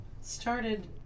started